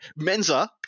Menza